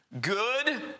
good